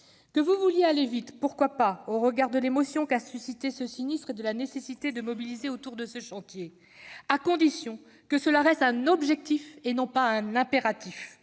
Que vous vouliez aller vite, pourquoi pas, au regard de l'émotion qu'a suscitée ce sinistre et de la nécessité de mobiliser autour de ce chantier ; à condition que cela reste un objectif et non pas un impératif.